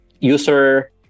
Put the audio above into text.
user